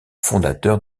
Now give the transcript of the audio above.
fondateurs